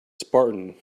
spartan